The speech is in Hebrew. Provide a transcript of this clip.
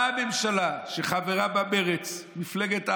באה הממשלה, שחברות בה מרצ, מפלגת העבודה,